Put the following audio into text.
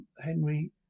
Henry